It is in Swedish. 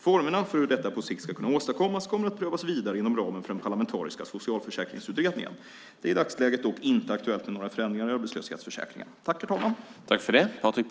Formerna för hur detta på sikt ska kunna åstadkommas kommer att prövas vidare inom ramen för den parlamentariska socialförsäkringsutredningen. Det är i dagsläget dock inte aktuellt med några förändringar i arbetslöshetsförsäkringen.